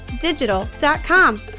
digital.com